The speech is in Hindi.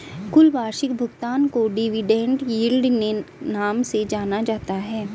कुल वार्षिक भुगतान को डिविडेन्ड यील्ड के नाम से भी जाना जाता है